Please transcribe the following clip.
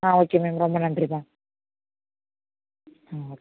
ஆ okay ma'am ரொம்ப நன்றி ma'am ம் ஓகே